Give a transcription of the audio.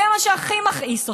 זה מה שהכי מכעיס אותי.